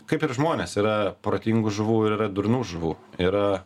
kaip ir žmonės yra protingų žuvų ir yra durnų žuvų yra